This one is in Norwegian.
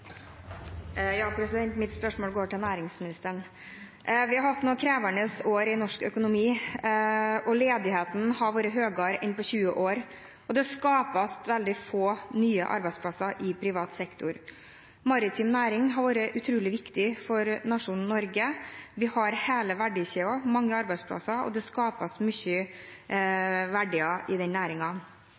Mitt spørsmål går til næringsministeren. Vi har hatt noen krevende år i norsk økonomi. Ledigheten har vært høyere enn på 20 år, og det skapes veldig få nye arbeidsplasser i privat sektor. Maritim næring har vært utrolig viktig for nasjonen Norge. Vi har hele verdikjeden, mange arbeidsplasser, og det skapes mye verdier i